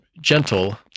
gentle